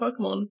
Pokemon